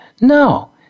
No